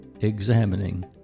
examining